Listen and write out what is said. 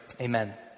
amen